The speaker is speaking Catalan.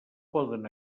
poden